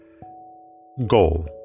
Goal